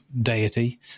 deity